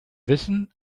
wissen